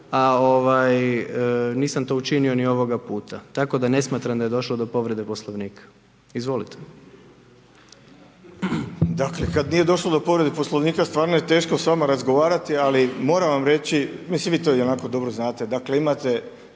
a nisam to učinio ni ovoga puta. Tako da ne smatram da je došlo do povrede Poslovnika. Izvolite. **Matić, Predrag Fred (SDP)** Dakle kada nije došlo do povrede Poslovnika, stvarno je teško s vama razgovarati ali moram vam reći, mislim vi to ionako dobro znate. Dakle imate